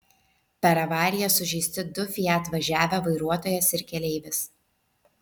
per avariją sužeisti du fiat važiavę vairuotojas ir keleivis